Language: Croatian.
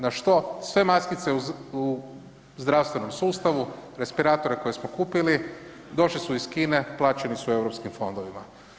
Na što sve maskice u zdravstvenom sustavu, respiratore koje smo kupili, došli su iz Kine, plaćeni su EU fondovima.